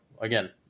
again